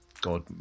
God